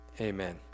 amen